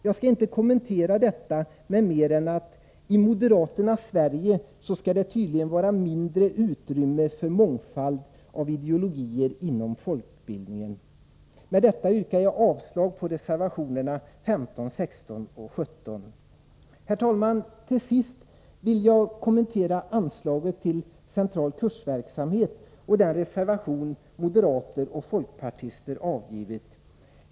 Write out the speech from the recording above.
Jag skall inte kommentera detta mera än genom att säga att i moderaternas Sverige skall det tydligaen vara mindre utrymme för mångfald av ideologier inom folkbildningen. Med detta yrkar jag avslag på reservationerna 15, 16 och 17. Herr talman! Till sist vill jag kommentera anslaget till central kursverksamhet och den reservation moderater och en folkpartist avgivit.